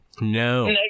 no